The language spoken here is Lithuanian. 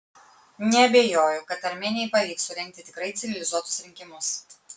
neabejoju kad armėnijai pavyks surengti tikrai civilizuotus rinkimus